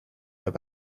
your